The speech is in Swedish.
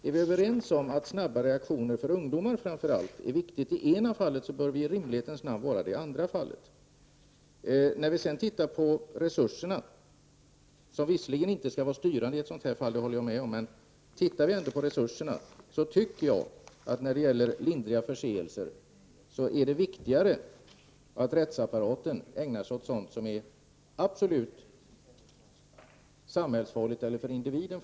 Är vi överens om att snabba reaktioner, framför allt när det gäller ungdomar, är viktiga i det ena fallet, bör det i rimlighetens namn också vara det i det andra fallet. Resurserna skall visserligen inte vara styrande i sådana här fall, men vid lindrigare förseelser är det viktigare att rättsapparaten ägnas åt sådant som är absolut farligt för samhället eller för individen.